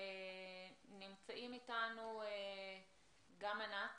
נמצאים איתנו גם ענת